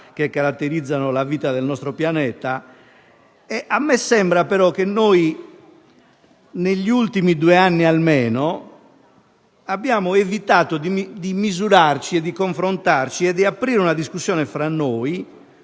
che caratterizzano la vita del nostro pianeta, e a me sembra che, almeno negli ultimi due anni, abbiamo evitato di misurarci, di confrontarci e di aprire una discussione su che